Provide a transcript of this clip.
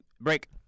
break